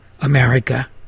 America